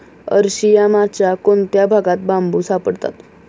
अरशियामाच्या कोणत्या भागात बांबू सापडतात?